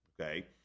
Okay